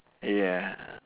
ya